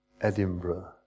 Edinburgh